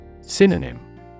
Synonym